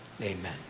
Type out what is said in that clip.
Amen